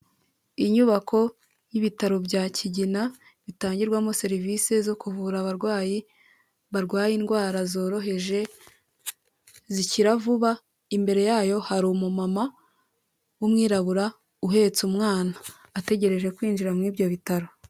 Inyubako y'ibitaro bya Kigina bitangirwamo serivisi zo kuvura abarwayi barwaye indwara zoroheje, zikira vuba, imbere yayo hari umumama w'umwirabura uhetse umwana, ategereje kwinjira mu ibyo bitaro.